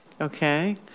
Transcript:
Okay